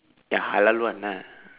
ya halal one ah